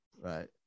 right